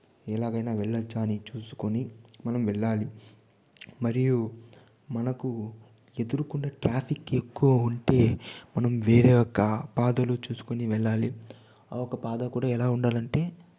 ఎలాగైనా వెళ్లొచ్చా అని చూసుకుని వెళ్లొచ్చా అని చూసుకొని మనం వెళ్ళాలి మరియు మనకు ఎదురకుండా ట్రాఫిక్ ఎక్కువగా ఉంటే మనం వేరే యొక్క పాదులు చూసుకుని వెళ్ళాలి ఆ యొక్క పాదు కూడా ఎలా ఉండాలంటే